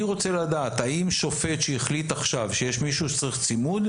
אני רוצה לדעת האם שופט שהחליט עכשיו שיש מישהו שצריך צימוד,